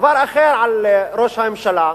דבר אחר על ראש הממשלה,